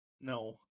No